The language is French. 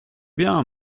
bien